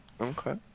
Okay